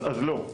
אז לא,